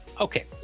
Okay